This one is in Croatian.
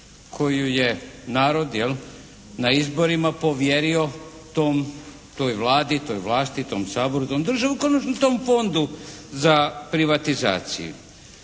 koju je narod jel' na izborima povjerio toj Vladi, toj vlasti, tom Saboru, toj državi, u konačnici tom Fondu za privatizaciju.